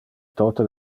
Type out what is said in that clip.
tote